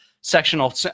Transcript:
sectional